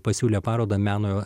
pasiūlė paroda meno